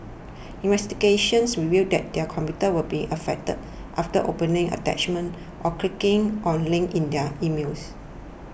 investigations revealed that their computers were infected after opening attachments or clicking on links in their emails